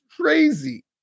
crazy